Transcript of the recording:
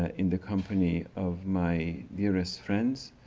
ah in the company of my dearest friends.